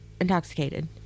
intoxicated